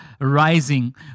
rising